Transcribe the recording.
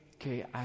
okay